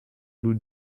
blue